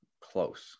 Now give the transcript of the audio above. close